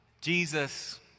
Jesus